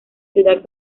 ciudad